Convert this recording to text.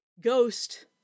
ghost